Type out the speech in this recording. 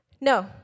No